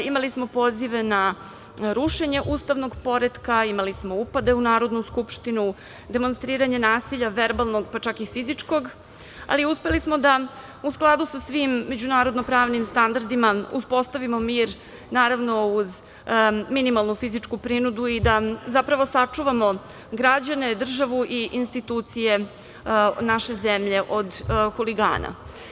Imali smo pozive na rušenje ustavnog poretka, imali smo upade u Narodnu skupštinu, demonstriranje nasilja verbalnog, pa čak i fizičkog, ali uspeli smo da u skladu sa svim međunarodno-pravnim standardima uspostavimo mir, naravno uz minimalnu fizičku prinudu i da zapravo sačuvamo građane, državu i institucije naše zemlje od huligana.